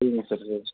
சரிங்க sir okay